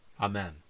Amen